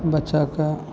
बच्चाके